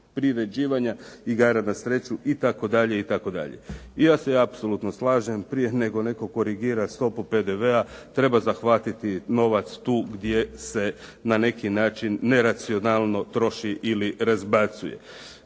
priređivanja igara na sreću itd., itd. I ja se apsolutno slažem prije nego netko korigira stopu PDV-a treba zahvatiti novac tu gdje se na neki način neracionalno troši ili razbacuje.